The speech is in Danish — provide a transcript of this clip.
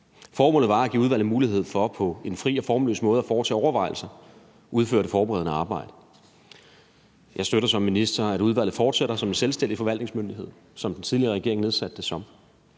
Formålet var at give udvalget mulighed for på en fri og formløs måde at foretage overvejelser og udføre det forberedende arbejde. Jeg støtter som minister, at udvalget fortsætter som en selvstændig forvaltningsmyndighed, som den tidligere regering nedsatte det